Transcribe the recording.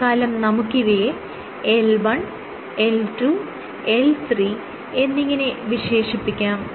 തത്ക്കാലം നമുക്കിവയെ L1 L2 L3 എന്നിങ്ങനെ വിശേഷിപ്പിക്കാം